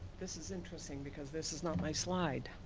this is interesting because this is not my slide.